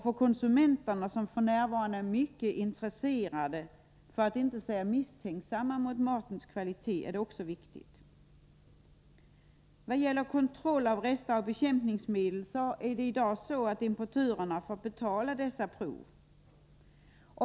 För konsumenterna, som f. n. är mycket intresserade av, för att inte säga misstänksamma mot matens kvalitet är detta också viktigt. Vad gäller kontroll av rester av bekämpningsmedel får importörerna i dag betala dessa prov.